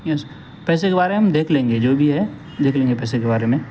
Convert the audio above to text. یس پیسے کے بارے ہم دیکھ لیں گے جو بھی ہے دیکھ لیں گے پیسے کے بارے میں